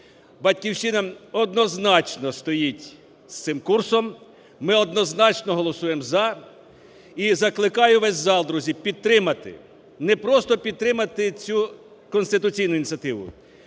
"Батьківщина" однозначно стоїть з цим курсом, ми однозначно голосуємо "за", і закликаю весь зал, друзі, підтримати. Не просто підтримати цю конституційну ініціативу,